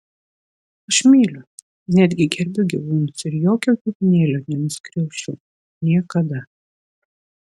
aš myliu netgi gerbiu gyvūnus ir jokio gyvūnėlio nenuskriausčiau niekada